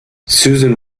susan